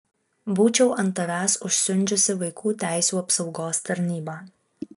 būčiau ant tavęs užsiundžiusi vaikų teisių apsaugos tarnybą